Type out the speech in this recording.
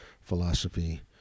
philosophy